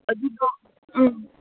ꯑꯗꯨꯗꯣ ꯎꯝ